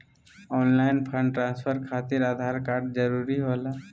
Online fund transfer खातिर Aadhaar card जरूरी होला?